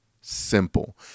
simple